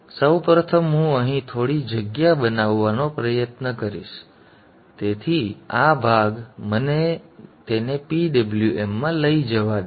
સૌ પ્રથમ હું અહીં થોડી જગ્યા બનાવવાનો પ્રયત્ન કરીશ તેથી આ ભાગ મને તેને PWMમાં લઈ જવા દે છે